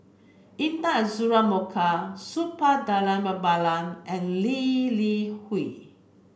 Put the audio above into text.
Intan Azura Mokhtar Suppiah Dhanabalan and Lee Li Hui